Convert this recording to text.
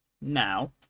Now